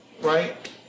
Right